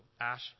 Ash